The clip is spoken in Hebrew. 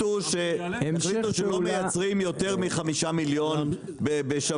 החליטו שלא מייצרם יותר מ-5 מיליון בשבוע,